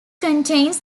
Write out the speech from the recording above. contains